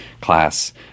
class